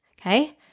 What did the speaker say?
okay